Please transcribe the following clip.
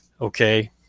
okay